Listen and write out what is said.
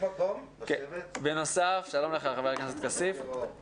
בנוסף יש את